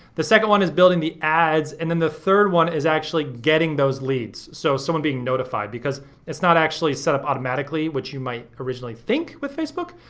the second one is building the ads, and then the third one is actually getting those leads, so someone being notified because it's not actually set up automatically, which you might originally think with facebook,